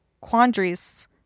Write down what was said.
quandaries